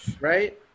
Right